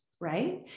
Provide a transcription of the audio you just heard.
right